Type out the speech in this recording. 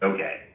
Okay